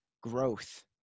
growth